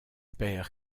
père